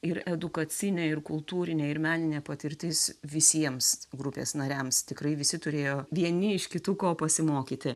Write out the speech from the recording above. ir edukacinė ir kultūrinė ir meninė patirtis visiems grupės nariams tikrai visi turėjo vieni iš kitų ko pasimokyti